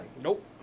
Nope